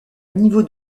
niveau